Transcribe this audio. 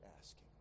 asking